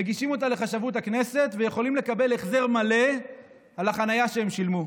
מגישים אותה לחשבות הכנסת ויכולים לקבל החזר מלא על החניה ששילמו.